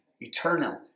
Eternal